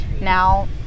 now